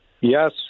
Yes